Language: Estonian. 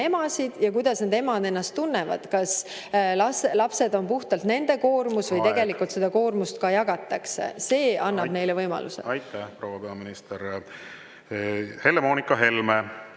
emasid ja kuidas need emad ennast tunnevad, kas lapsed on puhtalt nende koormus … Aeg! … või seda koormust ka jagatakse. See annab neile võimaluse. Aitäh, proua peaminister! Helle-Moonika Helme,